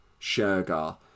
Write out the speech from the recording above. Shergar